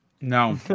No